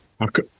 Okay